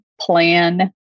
plan